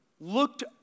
looked